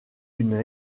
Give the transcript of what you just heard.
une